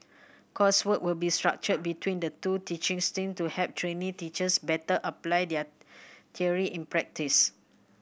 coursework will be structured between the two teaching stint to help trainee teachers better apply their theory in practice